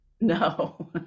No